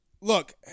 look